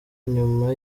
nyuma